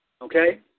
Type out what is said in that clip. Okay